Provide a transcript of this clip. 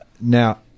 Now